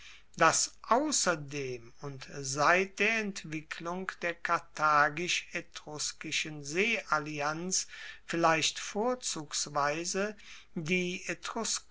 dass ausserdem und seit der entwicklung der karthagisch etruskischen seeallianz vielleicht vorzugsweise die